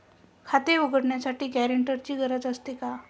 खाते उघडण्यासाठी गॅरेंटरची गरज असते का?